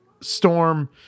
Storm